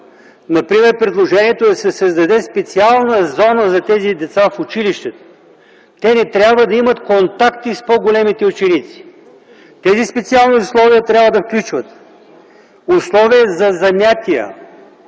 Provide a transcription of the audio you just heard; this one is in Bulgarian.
Например, предложението да се създаде специална зона за тези деца в училището. Те не трябва да имат контакти с по-големите ученици. Тези специални условия трябва да включват: условия за занятия,